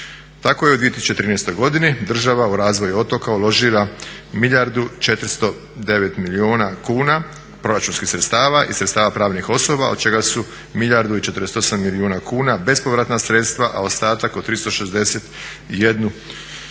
Tako je u 2013.godini država u razvoj otoka uložila milijardu 409 milijuna kuna proračunskih sredstava i sredstava pravnih osoba od čega su milijardu i 48 milijuna kuna bespovratna sredstva, a ostatak od 361